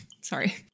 Sorry